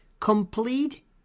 complete